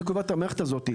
מי קובע את המערכת הזאת?